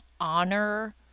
honor